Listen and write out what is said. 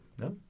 No